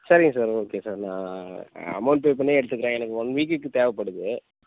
சரிங்க sir okay sir நான் amount pay பண்ணியே எடுத்துக்கிறேன் எனக்கு ஒன் வீக்குக்கு தேவைப்படுது